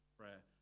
prayer